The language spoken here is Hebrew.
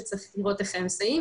שצריך לראות איך מסייעים,